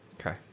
Okay